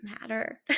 matter